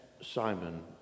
Simon